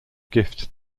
gift